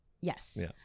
yes